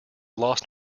lost